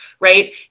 right